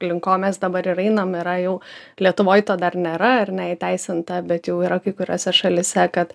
link ko mes dabar ir einam yra jau lietuvoj to dar nėra ar ne įteisinta bet jau yra kai kuriose šalyse kad